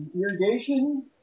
irrigation